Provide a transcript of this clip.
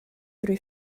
drwy